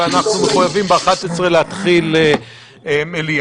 ואנחנו מחויבים בשעה 11:00 להתחיל מליאה.